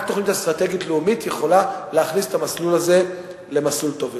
רק תוכנית אסטרטגית לאומית יכולה להכניס את המסלול הזה למסלול טוב יותר.